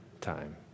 time